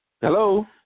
Hello